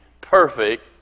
perfect